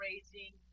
Raising